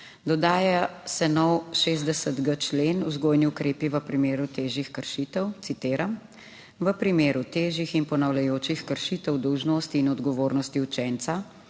dodaja se novi 60.g člen, Vzgojni ukrepi v primeru težjih kršitev. Citiram: »V primeru težjih in ponavljajočih se kršitev dolžnosti in odgovornosti učenca,